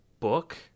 book